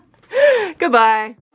Goodbye